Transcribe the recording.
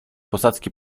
posadzki